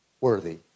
worthy